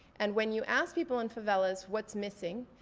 and when you ask people in favelas what's missing,